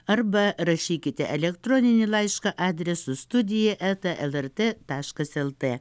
arba rašykite elektroninį laišką adresu studija eta lrt taškas lt